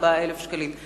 34,000 שקלים.